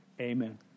Amen